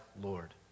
Lord